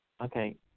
Okay